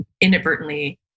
inadvertently